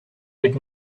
would